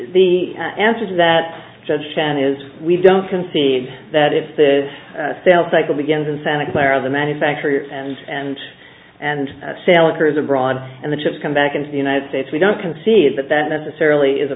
the answer is that judge chan is we don't concede that if the sales cycle begins in santa clara the manufacturers and and and sailors abroad and the ships come back into the united states we don't concede that that necessarily is a